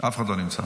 אף אחד לא נמצא.